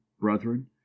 brethren